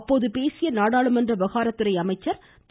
அப்போது பேசிய நாடாளுமன்ற விவகாரத்துறை அமைச்சர் திரு